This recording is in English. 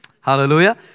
Hallelujah